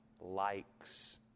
likes